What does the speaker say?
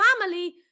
family